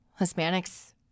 Hispanics